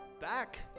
back